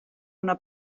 una